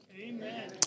Amen